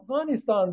Afghanistan